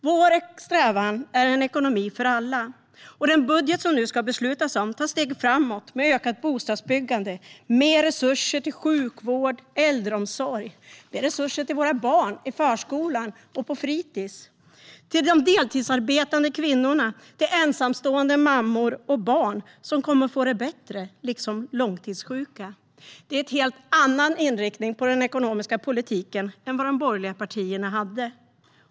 Vår strävan är en ekonomi för alla, och den budget som det nu ska beslutas om tar steg framåt med ökat bostadsbyggande, mer resurser till sjukvård och äldreomsorg, mer resurser till våra barn i förskolan och på fritis, till de deltidsarbetande kvinnorna och till ensamstående mammor och barn, som kommer att få det bättre, liksom långtidssjuka. Det är en helt annan inriktning på den ekonomiska politiken än vad de borgerliga partierna hade.